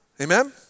Amen